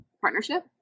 partnership